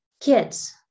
kids